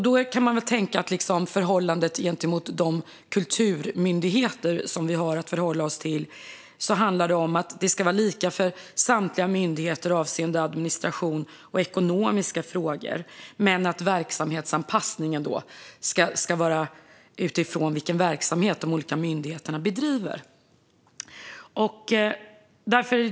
Då kan man tänka att förhållningssättet gentemot kulturmyndigheterna ska vara lika för samtliga myndigheter avseende administration och ekonomiska frågor men att verksamhetsanpassningen ska utgå från de olika myndigheternas verksamheter.